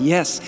Yes